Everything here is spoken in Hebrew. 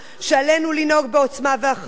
שעלינו לנהוג בעוצמה ובאחריות,